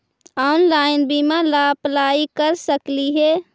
Online बीमा ला apply कर सकली हे?